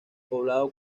poblado